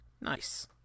Nice